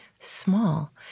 small